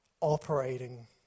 operating